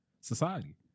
society